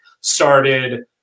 started